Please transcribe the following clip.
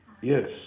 Yes